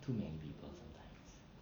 too many people sometimes